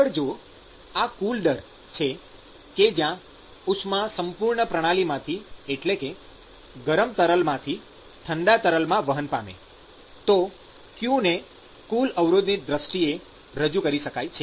આગળ જો આ કુલ દર છે કે જ્યાં ઉષ્મા સંપૂર્ણ પ્રણાલીમાંથી એટલે કે ગરમ તરલમાંથી ઠંડા તરલમાં વહન પામે તો q ને કુલ અવરોધની દ્રષ્ટિએ રજૂ કરી શકાય છે